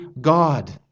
God